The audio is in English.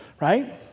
right